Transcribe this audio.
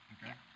Okay